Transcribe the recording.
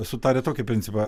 sutarę tokį principą